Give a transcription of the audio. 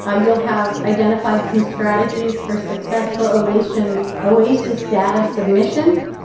ah you'll have identified some strategies for successful oasis and oasis data submission,